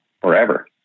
forever